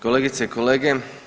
Kolegice i kolege.